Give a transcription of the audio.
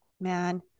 man